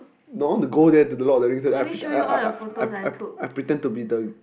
no I want to go there to the Lord-of-the-Rings then I I I I I pretend to be the